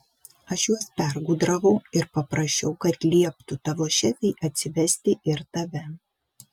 aš juos pergudravau ir paprašiau kad lieptų tavo šefei atsivesti ir tave